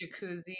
Jacuzzi